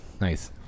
Nice